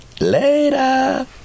Later